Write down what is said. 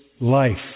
life